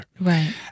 Right